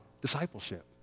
discipleship